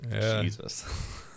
jesus